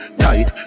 tight